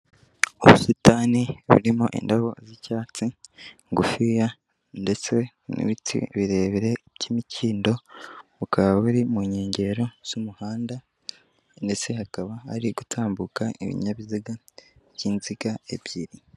Ubusitani burimo indabo z'icyatsi ngufiya ndetse n'ibiti birebire by'imikindo, bukaba buri mu nkengero z'umuhanda ndetse hakaba hari gutambuka ibinyabiziga by'inziga ebyiri.